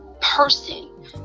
person